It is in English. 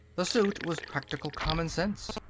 the suit was practical common sense.